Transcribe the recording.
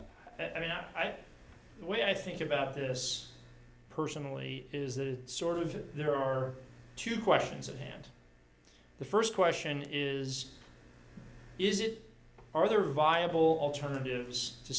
i mean up the way i think about this personally is that sort of there are two questions at hand the first question is is it are there viable alternatives to